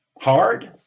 Hard